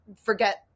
forget